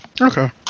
Okay